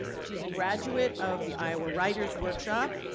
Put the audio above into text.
she's a graduate of the iowa writer's workshop.